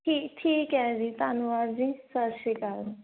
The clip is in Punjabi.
ਠੀ ਠੀਕ ਹੈ ਜੀ ਧੰਨਵਾਦ ਜੀ ਸਤਿ ਸ਼੍ਰੀ ਅਕਾਲ